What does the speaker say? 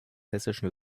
hessischen